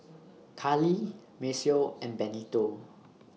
Karlie Maceo and Benito